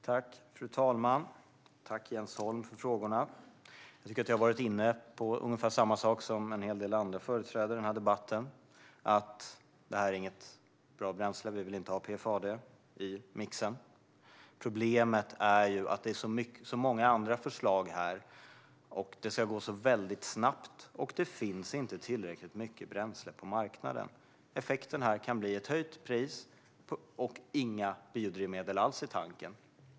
Fru talman! Tack, Jens Holm, för frågorna! Jag tycker att jag har varit inne på ungefär samma sak som en hel del andra företrädare i debatten. Detta är inget bra bränsle. Vi vill inte ha PFAD i mixen. Problemet är att det är så många andra förslag här, att det ska gå väldigt snabbt och att det inte finns tillräckligt mycket bränsle på marknaden. Effekten här kan bli ett höjt pris och inga biodrivmedel alls i tanken.